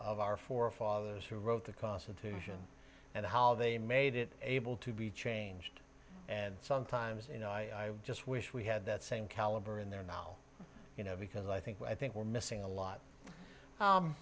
of our forefathers who wrote the constitution and how they made it able to be changed and sometimes you know i just wish we had that same caliber in there now you know because i think i think we're missing a lot